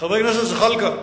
חבר הכנסת זחאלקה,